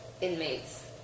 inmates